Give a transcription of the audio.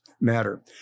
matter